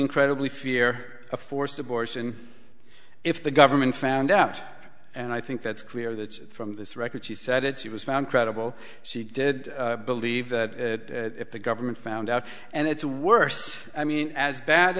incredibly fear a forced abortion if the government found out and i think that's clear that from this record she said she was found credible she did believe that if the government found out and it's a worse i mean as bad